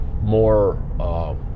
more